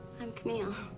i'm camille.